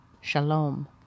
Shalom